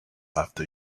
after